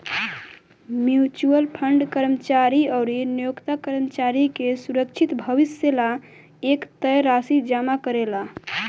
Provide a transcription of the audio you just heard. mutual fund कर्मचारी अउरी नियोक्ता कर्मचारी के सुरक्षित भविष्य ला एक तय राशि जमा करेला